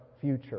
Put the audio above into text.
future